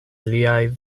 liaj